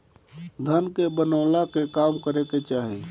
धन के बनवला के काम करे के चाही